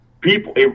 people